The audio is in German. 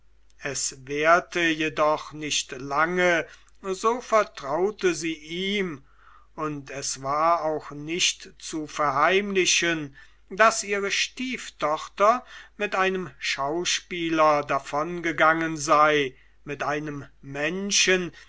es währte jedoch nicht lange so vertraute sie ihm und es war auch nicht zu verheimlichen daß ihre stieftochter mit einem schauspieler davongegangen sei mit einem menschen